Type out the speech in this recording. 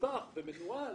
שמפוקח ומנוהל